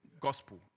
gospel